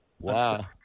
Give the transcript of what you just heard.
Wow